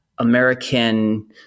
American